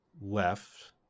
left